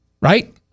Right